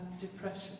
depression